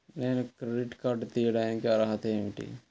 నేను credit card తీయడానికి అర్హత ఏమిటి?